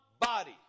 body